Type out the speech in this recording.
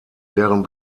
deren